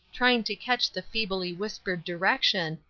trying to catch the feebly-whispered direction,